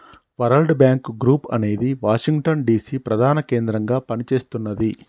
world Bank Group అనేది Washington DC ప్రధాన కేంద్రంగా పనిచేస్తున్నది